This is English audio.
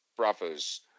brothers